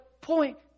point